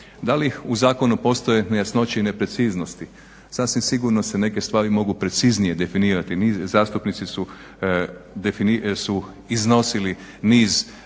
Da li u zakonu postoje nejasnoće i nepreciznosti, sasvim sigurno se neke stvari mogu preciznije definirati, zastupnici su iznosili niz